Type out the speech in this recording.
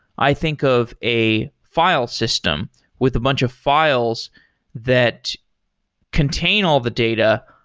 i think of a file system with a bunch of files that contain all the data,